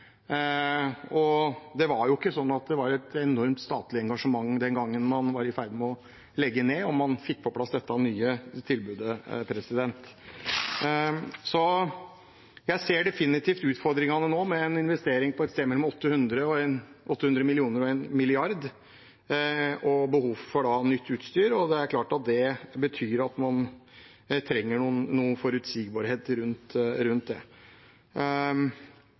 Det var jo ikke et enormt statlig engasjement den gangen man var i ferd med å legge ned og man fikk på plass dette nye tilbudet. Jeg ser definitivt utfordringene nå med en investering på et sted mellom 800 millioner og 1 milliard og behov for nytt utstyr. Det er klart at det betyr at man trenger forutsigbarhet rundt det. Som sagt, det